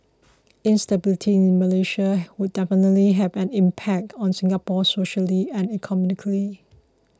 instability in Malaysia would definitely have an impact on Singapore socially and economically